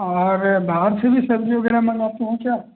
और बाहर से भी सब्ज़ी वग़ैरह मँगाते हैं क्या